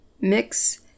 mix